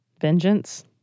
Vengeance